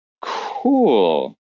Cool